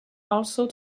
also